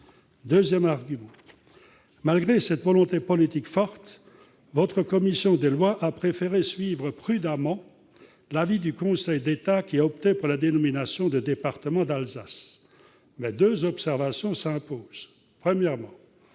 Deuxièmement, malgré cette volonté politique forte, votre commission des lois a préféré suivre prudemment l'avis du Conseil d'État, qui a opté pour la dénomination « département d'Alsace ». Toutefois, deux observations s'imposent : tout